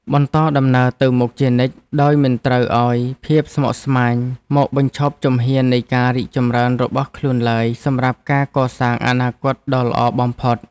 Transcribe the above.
បន្តដំណើរទៅមុខជានិច្ចដោយមិនត្រូវឱ្យភាពស្មុគស្មាញមកបញ្ឈប់ជំហាននៃការរីកចម្រើនរបស់ខ្លួនឡើយសម្រាប់ការកសាងអនាគតដ៏ល្អបំផុត។